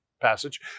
passage